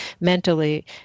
mentally